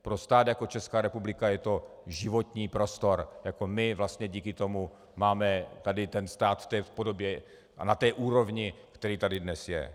Pro stát jako Česká republika je to životní prostor, my vlastně díky tomu máme tady stát v té podobě a na té úrovni, který tady dnes je.